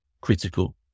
critical